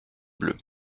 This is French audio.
bleu